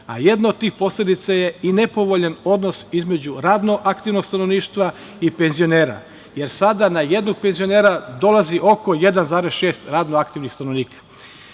a jedna od tih posledica je i nepovoljan odnos između radno aktivnog stanovništva i penzionera jer sada na jednog penzionera dolazi oko 1,6 radno aktivnih stanovnika.